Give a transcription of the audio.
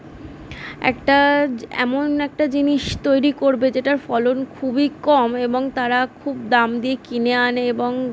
একটা এমন একটা জিনিস তৈরি করবে যেটার ফলন খুবই কম এবং তারা খুব দাম দিয়ে কিনে আনে এবং